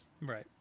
Right